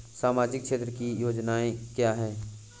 सामाजिक क्षेत्र की योजनाएँ क्या हैं?